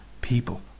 people